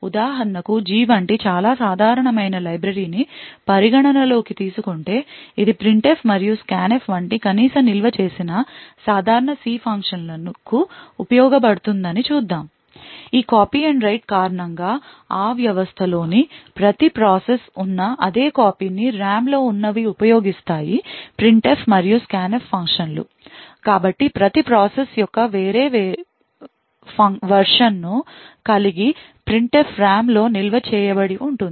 ఉదాహరణకు G వంటి చాలా సాధారణమైన లైబ్రరీని పరిగణనలోకి తీసుకుంటే ఇది ప్రింట్ ఎఫ్ మరియు స్కాన్ఫ్ వంటి కనీసం నిల్వ చేసిన సాధారణ సి ఫంక్షన్లకు ఉపయోగించబడుతుందని చూద్దాం ఈ copy and write కారణంగా ఆ వ్యవస్థలో ని ప్రతి ప్రాసెస్ ఉన్న అదే కాపీని RAM లో ఉన్నవి ఉపయోగిస్తాయి printf మరియు scanf ఫంక్షన్లు కాబట్టి ప్రతి ప్రాసెస్ యొక్క వేరే వర్షన్ ను కలిగి printf RAM లో నిల్వ చేయబడి ఉంటుంది